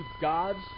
God's